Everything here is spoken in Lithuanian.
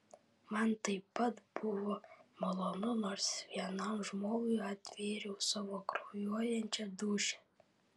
man taip pat buvo malonu nors vienam žmogui atvėriau savo kraujuojančią dūšią